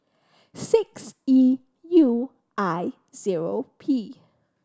six E U I zero P